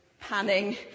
panning